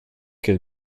can